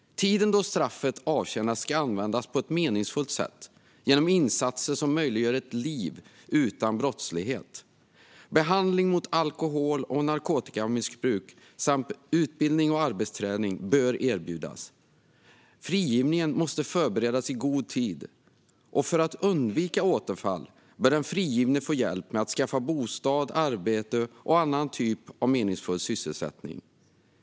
Tiden då straffet avtjänas ska användas på ett meningsfullt sätt genom insatser som möjliggör ett liv utan brottslighet. Behandling mot alkohol och narkotikamissbruk samt utbildning och arbetsträning bör erbjudas. Frigivningen måste förberedas i god tid. För att undvika återfall bör den frigivne få hjälp att skaffa bostad och arbete eller annan typ av meningsfull sysselsättning.